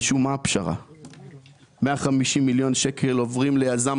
מעניין לשמוע מהמשרד להגנת הסביבה אם הוא